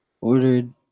ordered